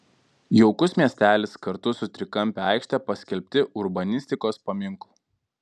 jaukus miestelis kartu su trikampe aikšte paskelbti urbanistikos paminklu